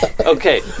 Okay